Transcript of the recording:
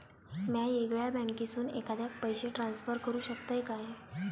म्या येगल्या बँकेसून एखाद्याक पयशे ट्रान्सफर करू शकतय काय?